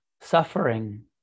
suffering